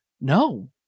No